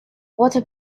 water